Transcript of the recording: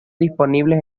disponibles